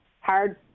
hard